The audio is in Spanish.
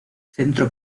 centro